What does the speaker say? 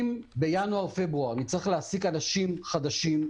אם בינואר-פברואר נצטרך להעסיק אנשים חדשים,